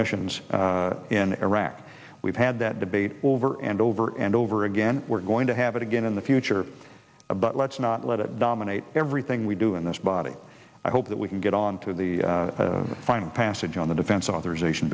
missions in iraq we've had that debate over and over and over again we're going to have it again in the future but let's not let it dominate everything we do in this body i hope that we can get on to the final passage on the defense authorization